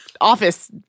office